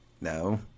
No